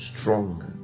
stronger